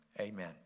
Amen